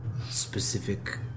specific